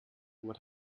what